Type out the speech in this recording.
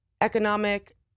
economic